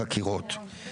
בחקירות,